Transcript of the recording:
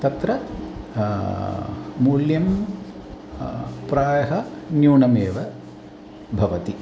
तत्र मूल्यं प्रायः न्यूनमेव भवति